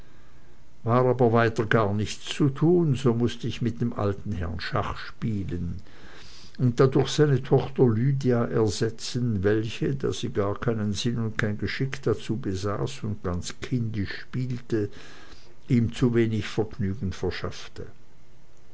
war aber weiter gar nichts zu tun so mußte ich mit dem alten herrn schach spielen und dadurch seine tochter lydia ersetzen welche da sie gar keinen sinn und kein geschick dazu besaß und ganz kindisch spielte ihm zuwenig vergnügen verschaffte